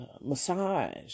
massage